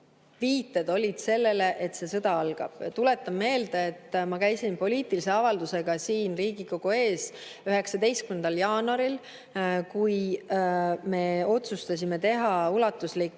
viited olid sellele, et see sõda algab. Tuletan meelde, et ma käisin poliitilise avaldusega siin Riigikogu ees 19. jaanuaril, kui me otsustasime teha ulatusliku